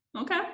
okay